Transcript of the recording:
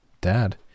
Dad